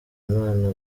imana